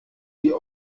die